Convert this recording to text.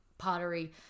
pottery